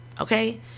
okay